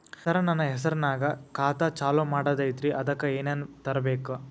ಸರ, ನನ್ನ ಹೆಸರ್ನಾಗ ಖಾತಾ ಚಾಲು ಮಾಡದೈತ್ರೀ ಅದಕ ಏನನ ತರಬೇಕ?